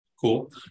Cool